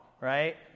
right